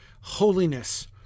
Holiness